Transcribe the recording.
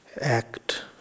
act